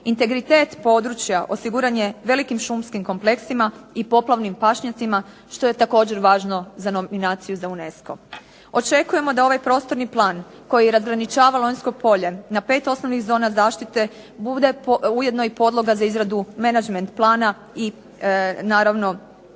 Integritet područja osiguran je velikim šumskim kompleksima i poplavnim pašnjacima što je također važno za nominaciju za UNESCO. Očekujemo da ovaj prostorni plan koji razgraničava Lonjsko polje na pet osnovnih zona zaštite bude ujedno i podloga za izradu menadžment plana i naravno